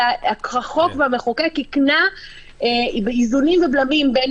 אלא החוק והמחוקק היקנה איזונים ובלמים בין